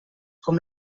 com